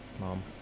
Mom